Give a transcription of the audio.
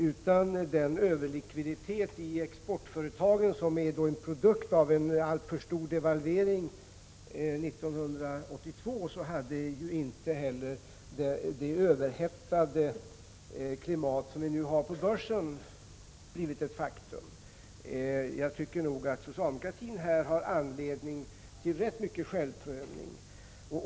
Utan den överlikviditet i exportföretagen som ju är en produkt av en alltför stor devalvering 1982 hade inte heller det överhettade klimat som vi nu har på börsen blivit ett faktum. Jag tycker att socialdemokratin här har anledning till rätt mycken självprövning.